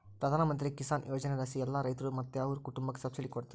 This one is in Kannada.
ಪ್ರಧಾನಮಂತ್ರಿ ಕಿಸಾನ್ ಯೋಜನೆಲಾಸಿ ಎಲ್ಲಾ ರೈತ್ರು ಮತ್ತೆ ಅವ್ರ್ ಕುಟುಂಬುಕ್ಕ ಸಬ್ಸಿಡಿ ಕೊಡ್ತಾರ